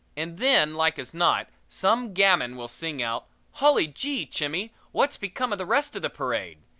and then, like as not, some gamin will sing out hully gee, chimmy, wot's become of the rest of the parade?